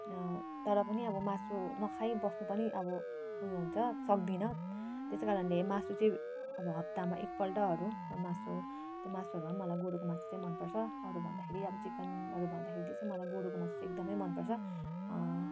तर पनि अब मासु नखाई बस्नु पनि अब उयो हुन्छ सक्दिनँ त्यसै कारणले मासु चाहिँ अब हप्तामा एकपल्टहरू मासु मासुहरूमा पनि मलाई गोरुको मासु चाहिँ मनपर्छ अरू भन्दाखेरि अब चिकनहरू भन्दाखेरि चाहिँ मलाई गोरुको मासु चाहिँ एकदमै मनपर्छ